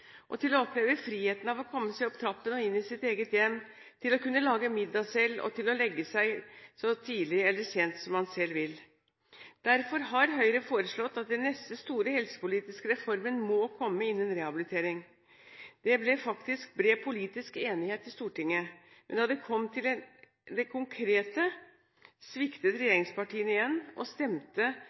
andre, til å oppleve friheten ved å komme seg opp trappen og inn i sitt eget hjem, til å kunne lage middag selv og til å legge seg så tidlig eller sent som man selv vil. Derfor har Høyre foreslått at den neste store helsepolitiske reformen må komme innen rehabilitering. Det ble det faktisk bred politisk enighet om i Stortinget. Men da det kom til det konkrete, sviktet regjeringspartiene igjen og stemte